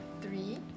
three